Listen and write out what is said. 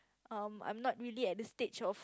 um I'm not really at the stage of